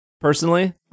personally